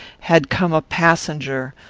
had come a passenger,